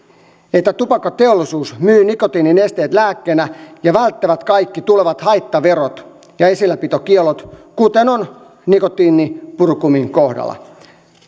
että tupakkateollisuus myy nikotiininesteet lääkkeenä ja välttää kaikki haittaverot ja esilläpitokiellot kuten on nikotiinipurukumin kohdalla